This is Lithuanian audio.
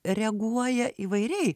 reaguoja įvairiai